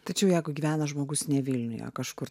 tačiau jeigu gyvena žmogus ne vilniuje kažkur